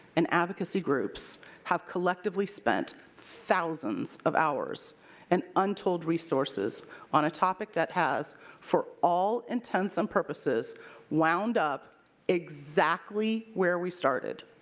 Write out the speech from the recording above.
and advocacy groups have collectively spent thousands of hours and untold resources on a topic that has for all intents and purposes wound up exactly where we started.